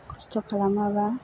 खस्त' खालामाबा